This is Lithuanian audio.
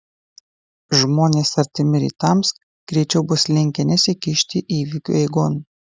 žmonės artimi rytams greičiau bus linkę nesikišti įvykių eigon